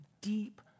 deep